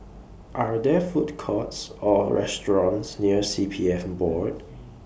Are There Food Courts Or restaurants near C P F Board